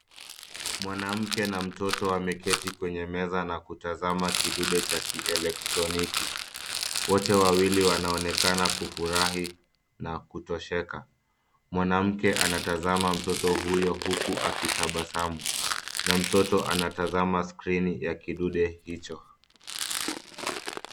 Mwanamke na mtoto wameketi kwenye meza na kutazama kidude cha kielektroniki. Wote wawili wanaonekana kufurahi na kutosheka. Mwanamke anatazama mtoto huyo huku akitabasamu na mtoto anatazama skrini ya kidude hicho.